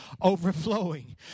overflowing